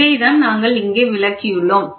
இதைத்தான் நாங்கள் இங்கு விளக்கியுள்ளோம்